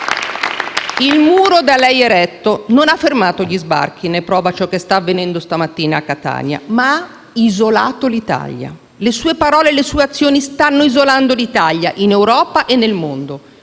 Il muro da lei eretto non ha fermato gli sbarchi (ne è prova ciò che sta avvenendo stamattina a Catania), ma ha isolato l'Italia. Le sue parole e le sue azioni stanno isolando l'Italia in Europa e nel mondo;